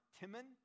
Timon